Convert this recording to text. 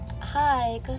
hi